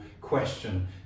question